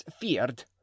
feared